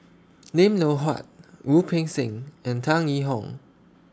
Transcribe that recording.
Lim Loh Huat Wu Peng Seng and Tan Yee Hong